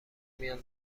میان